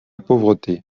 pauvreté